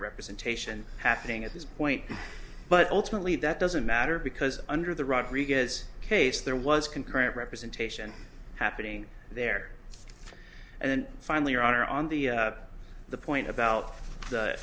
representation happening at this point but ultimately that doesn't matter because under the rodriguez case there was concurrent representation happening there and then finally your honor on the the point about